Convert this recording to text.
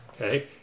okay